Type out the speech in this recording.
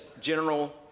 general